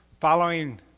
Following